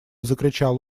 закричал